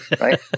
Right